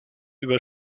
über